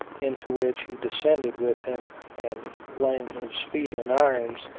into which he descended with him and, laying his feet in irons,